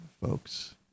folks